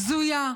בזויה,